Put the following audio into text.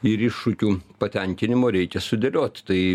ir iššūkių patenkinimo reikia sudėliot tai